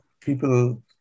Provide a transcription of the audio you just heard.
people